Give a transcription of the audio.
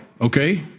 Okay